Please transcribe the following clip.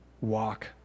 walk